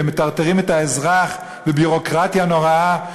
והם מטרטרים את האזרח בביורוקרטיה נוראה,